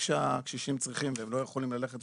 למשל מקרים בהם קשישים זקוקים לתרופות ולא יכולים ללכת ולקנות,